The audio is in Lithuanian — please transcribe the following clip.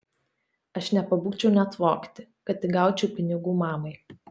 aš nepabūgčiau net vogti kad tik gaučiau pinigų mamai